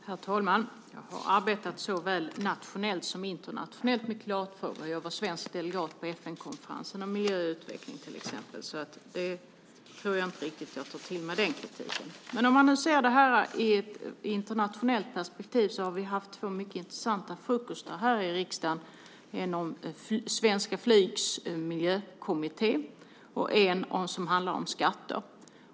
Herr talman! Jag har arbetat såväl nationellt som internationellt med klimatfrågor. Jag var till exempel svensk delegat på FN-konferensen om miljöutveckling. Den kritiken tar jag inte riktigt till mig. Om man ser det i ett internationellt perspektiv har vi haft två mycket intressanta frukostmöten här i riksdagen, ett med Svenskt Flygs miljökommitté och ett som handlade om skatter.